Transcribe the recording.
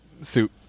suit